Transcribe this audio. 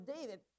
David